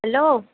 hello